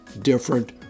different